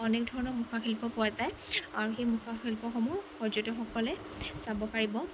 অনেক ধৰণৰ মুখাশিল্প পোৱা যায় আৰু সেই মুখাশিল্পসমূহ পৰ্যটকসকলে চাব পাৰিব